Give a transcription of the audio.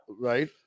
right